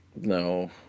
no